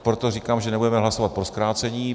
Proto říkám, že nebudeme hlasovat pro zkrácení.